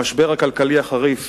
המשבר הכלכלי החריף